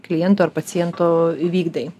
kliento ar paciento įvykdai